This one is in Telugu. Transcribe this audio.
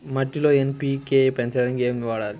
మట్టిలో ఎన్.పీ.కే పెంచడానికి ఏమి వాడాలి?